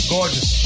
Gorgeous